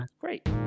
great